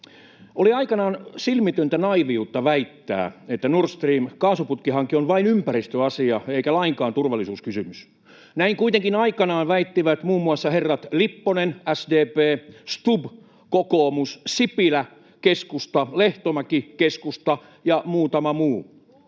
Oli aikanaan silmitöntä naiiviutta väittää, että Nord Stream ‑kaasuputkihanke on vain ympäristöasia eikä lainkaan turvallisuuskysymys. Näin kuitenkin aikanaan väittivät muun muassa herrat Lipponen, SDP, Stubb, kokoomus, Sipilä, keskusta, Lehtomäki, keskusta, ja muutama muu.